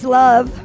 love